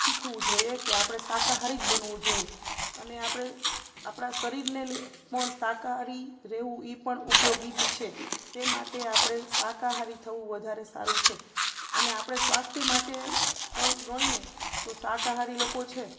શીખવું જોઈએ કે આપણે શાકાહારી જ બનવું જોઈએ અને આપણે આપણાં શરીરને પણ શાકાહારી રહેવું એ પણ ઉપયોગી જ છે તે માટે આપણે શાકાહારી થવું વધારે સારું છે અને આપણે સ્વાસ્થ્ય માટે પણ ગણીએ તો શાકાહારી લોકો છે